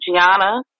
Gianna